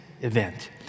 event